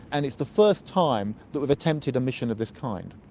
and it's the first time that we've attempted a mission of this kind.